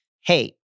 hey